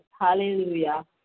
Hallelujah